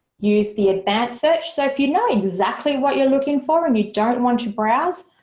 use the advanced search. so if you know exactly what you're looking for and you don't want to browse,